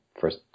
first